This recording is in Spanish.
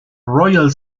royal